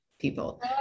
people